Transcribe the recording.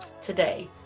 today